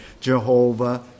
Jehovah